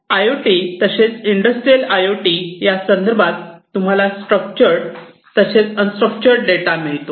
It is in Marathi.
आय ओ टी तसेच इंडस्ट्रियल आय ओ टी यासंदर्भात तुम्हाला स्ट्रक्चर्ड तसेच अन स्ट्रक्चर्ड डेटा मिळतो